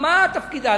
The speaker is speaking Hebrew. מה תפקידה?